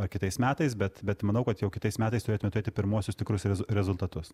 ar kitais metais bet bet manau kad jau kitais metais turėtume turėti pirmuosius tikrus rezultatus